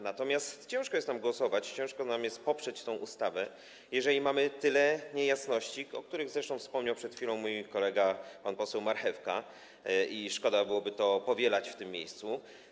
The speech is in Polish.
Natomiast ciężko jest nam głosować, ciężko nam jest poprzeć tę ustawę, jeżeli mamy tyle niejasności, o których zresztą wspomniał przed chwilą mój kolega, pan poseł Marchewka, i szkoda byłoby to powielać w tym miejscu.